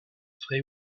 vrai